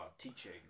teaching